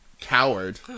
coward